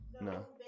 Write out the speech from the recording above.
No